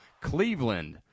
Cleveland